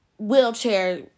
wheelchair